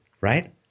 right